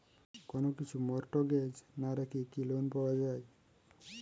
কোন কিছু মর্টগেজ না রেখে কি লোন পাওয়া য়ায়?